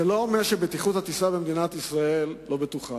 זה לא אומר שהטיסה במדינת ישראל לא בטוחה.